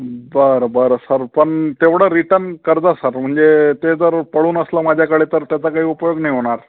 बरं बरं सर पण तेवढं रिटन करजा सर म्हणजे ते जर पडून असलं माझ्याकडे तर त्याचा काही उपयोग नाही होणार